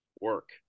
work